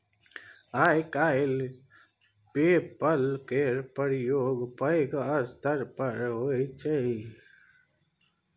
आइ काल्हि पे पल केर प्रयोग बहुत पैघ स्तर पर होइ छै